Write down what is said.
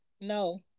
No